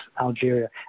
Algeria